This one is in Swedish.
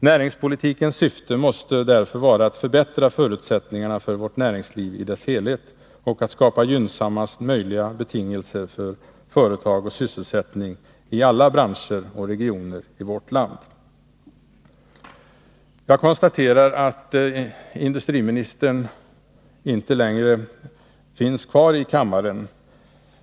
Näringspolitikens syfte måste därför vara att förbättra förutsättningarna för vårt näringsliv i dess helhet och att skapa gynsammaste möjliga betingelser för företag och sysselsättning i alla branscher och regioner i vårt land. Jag konstaterar att industriministern inte längre finns kvar i kammaren.